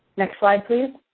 next slide, please.